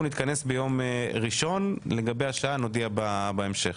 אנחנו נתכנס ביום ראשון, לגבי השעה נודיע בהמשך.